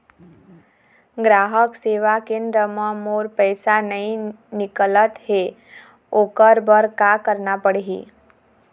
ग्राहक सेवा केंद्र म मोर पैसा नई निकलत हे, ओकर बर का करना पढ़हि?